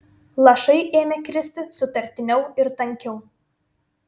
lašai ėmė kristi sutartiniau ir tankiau